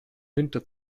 winter